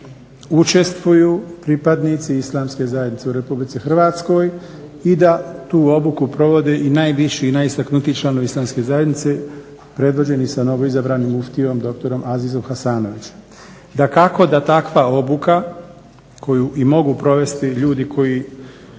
učestvuju pripadnici islamske zajednice u RH i da tu obuku provode i najviši i najistaknutiji članovi islamske zajednice predviđeni sa novoizabranim muftijom dr. Azizom Hasanović. Dakako da takva obuka koju i mogu provesti ljudi koji